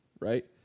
right